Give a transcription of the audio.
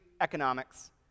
economics